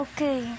Okay